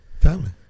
family